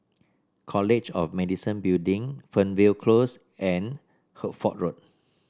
College of Medicine Building Fernvale Close and Hertford Road